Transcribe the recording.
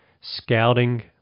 scouting